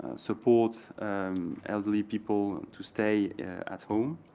support elderly people to stay at home.